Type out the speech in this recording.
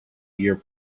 year